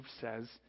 says